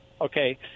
Okay